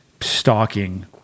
stalking